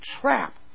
trap